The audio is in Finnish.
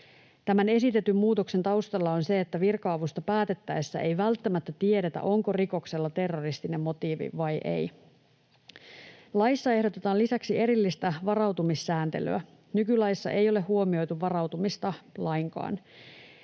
Tämän esitetyn muutoksen taustalla on se, että virka-avusta päätettäessä ei välttämättä tiedetä, onko rikoksella terroristinen motiivi vai ei. Laissa ehdotetaan lisäksi erillistä varautumissääntelyä. Nykylaissa ei ole huomioitu varautumista lainkaan.